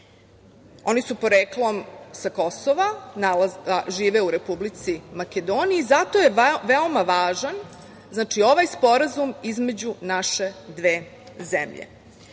Oni su poreklom sa Kosova, a žive u Republici Makedoniji i zato je veoma važan ovaj sporazum između naše dve zemlje. Ovaj